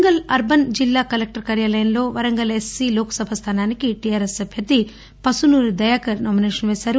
Warangal urban జిల్లా collector కార్యాలయంలో Warangal SC Lok Sabha స్లానానికి టీఆర్ఎస్ అభ్యర్థి పసునూరి దయాకర్ నామినేషన్ వేసారు